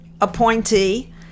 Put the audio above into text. appointee